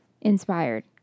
inspired